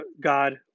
God